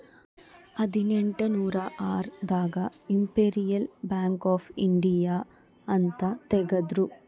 ಹದಿನೆಂಟನೂರ ಆರ್ ದಾಗ ಇಂಪೆರಿಯಲ್ ಬ್ಯಾಂಕ್ ಆಫ್ ಇಂಡಿಯಾ ಅಂತ ತೇಗದ್ರೂ